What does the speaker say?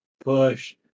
push